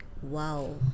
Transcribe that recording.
wow